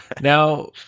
Now